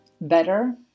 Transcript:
better